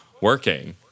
working